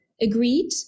agreed